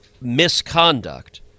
misconduct